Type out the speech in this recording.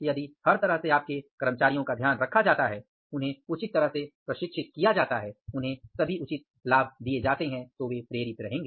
यदि हर तरह से आपके कर्मचारियों का ध्यान रखा जाता है उन्हें उचित तरह से प्रशिक्षित किया जाता है उन्हें सभी उचित लाभ दिए जाते हैं तो वे प्रेरित रहेंगे